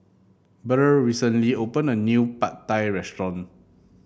Burr recently open a new Pad Thai restaurant